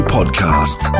Podcast